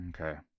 okay